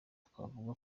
twavuga